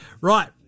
Right